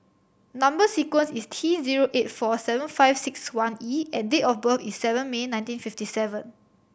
number sequence is T zero eight four seven five six one E and date of birth is seven May nineteen fifty seven